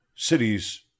cities